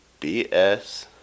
bs